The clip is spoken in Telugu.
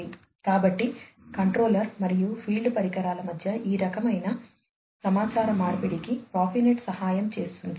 కాబట్టి కంట్రోలర్ మరియు ఫీల్డ్ పరికరాల మధ్య ఈ రకమైన సమాచార మార్పిడికి ప్రొఫినెట్ సహాయం చేస్తుంది